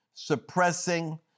suppressing